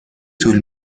طول